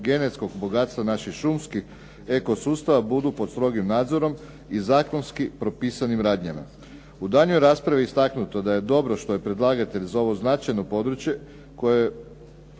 genetskog bogatstva naših šumskih eko sustava budu pod strogim nadzorom i zakonski propisanim radnjama. U daljnjoj raspravi je istaknuto da je dobro što je predlagatelj za ovo značajno područje koje je